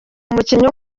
umukinnyi